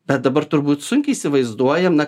bet dabar turbūt sunkiai įsivaizduojam na